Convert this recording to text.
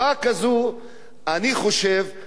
אני חושב שזאת מדינה,